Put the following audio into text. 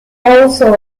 also